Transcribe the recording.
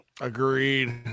Agreed